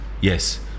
yes